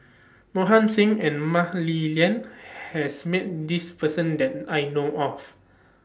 Mohan Singh and Mah Li Lian has Met This Person that I know of